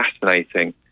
fascinating